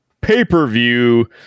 pay-per-view